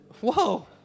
Whoa